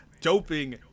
doping